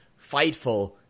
Fightful